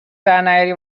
درنیاری